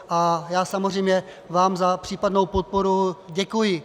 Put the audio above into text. A já vám samozřejmě za případnou podporu děkuji.